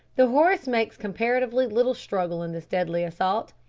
the horse makes comparatively little struggle in this deadly assault.